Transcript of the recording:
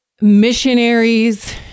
missionaries